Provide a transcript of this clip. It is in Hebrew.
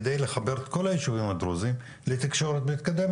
זאת על מנת לחבר את כל הישובים הדרוזים לתקשורת מתקדמת,